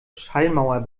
schallmauer